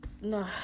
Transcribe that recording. No